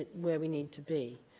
where we need to be.